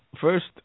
first